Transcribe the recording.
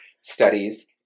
studies